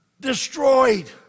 Destroyed